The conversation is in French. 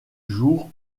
jour